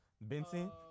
Benson